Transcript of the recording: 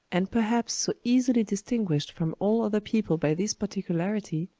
and perhaps so easily distinguished from all other people by this particularity,